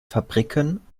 fabriken